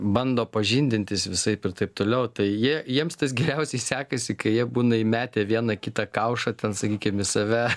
bando pažindintis visaip ir taip toliau tai jie jiems tas geriausiai sekasi kai jie būna įmetę vieną kitą kaušą ten sakykim į save